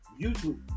YouTube